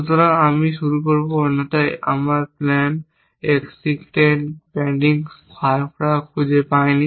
সুতরাং আমি শুধু করব অন্যথায় আমরা প্ল্যান এক্সটেন্ড প্যানিং গ্রাফ খুঁজে পাইনি